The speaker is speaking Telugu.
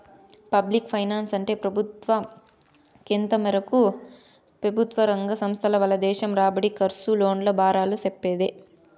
పబ్లిక్ ఫైనాన్సంటే పెబుత్వ, కొంతమేరకు పెబుత్వరంగ సంస్థల వల్ల దేశం రాబడి, కర్సు, లోన్ల బారాలు సెప్పేదే